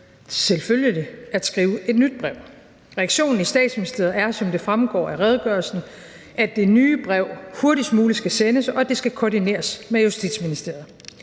selvfølgelige at skrive et nyt brev. Reaktionen i Statsministeriet er, som det fremgår af redegørelsen, at det nye brev hurtigst muligt skal sendes, og at det skal koordineres med Justitsministeriet.